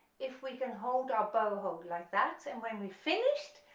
if we can hold our bow hold like that and when we finished,